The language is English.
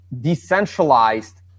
decentralized